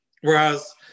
Whereas